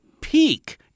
peak